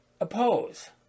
oppose